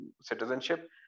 citizenship